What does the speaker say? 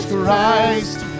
Christ